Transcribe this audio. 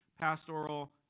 pastoral